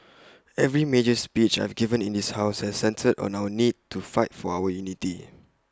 every major speech I've given in this house has centred on our need to fight for our unity